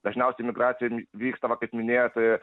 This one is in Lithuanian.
dažniausiai migracija vyksta va kaip minėjot